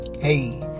Hey